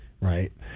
right